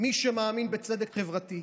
מי שמאמין בצדק חברתי,